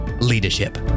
Leadership